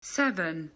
seven